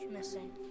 Missing